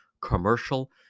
commercial